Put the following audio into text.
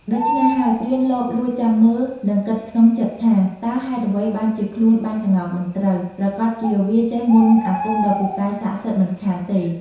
ដូច្នេះហើយព្រានលបលួចចាំមើល និងគិតក្នុងចិត្ដថា តើហេតុអ្វីបានជាខ្លួនបាញ់ក្ងោកមិនត្រូវ ប្រាកដជាវាចេះមន្ដអាគមដ៏ពូកែស័ក្ដិសិទ្ធិមិនខានទេ។